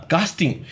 Casting